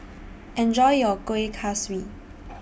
Enjoy your Kuih Kaswi